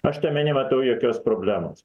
aš tame nematau jokios problemos